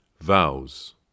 Vows